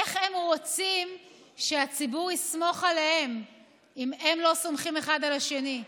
איך הם רוצים שהציבור יסמוך עליהם אם הם לא סומכים אחד על השני?